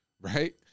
Right